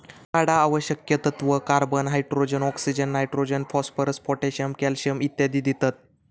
झाडा आवश्यक तत्त्व, carbon, hydrogen, oxygen, nitrogen, phosphorus, potassium, calcium इत्यादी देतत